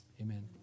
amen